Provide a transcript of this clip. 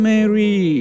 Mary